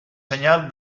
senyal